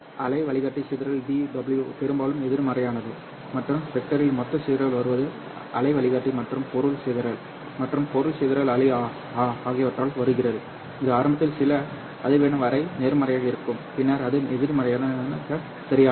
அலை வழிகாட்டி சிதறல் Dw பெரும்பாலும் எதிர்மறையானது மற்றும் ஃபைபரில் மொத்த சிதறல் வருவது அலை வழிகாட்டி மற்றும் பொருள் சிதறல் மற்றும் பொருள் சிதறல் ஆகியவற்றால் வருகிறது இது ஆரம்பத்தில் சில அதிர்வெண் வரை நேர்மறையாக இருக்கும் பின்னர் அது எதிர்மறையாக சரியானது